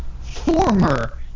former